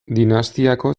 dinastiako